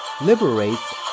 liberates